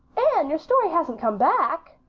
anne, your story hasn't come back?